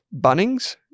Bunnings